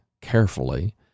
carefully